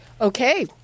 Okay